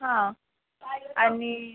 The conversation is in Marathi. हा आणि